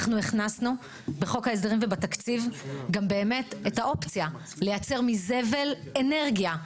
אנחנו הכנסנו בחוק ההסדרים ובתקציב גם את האופציה לייצר מזבל אנרגיה.